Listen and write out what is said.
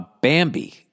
Bambi